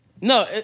No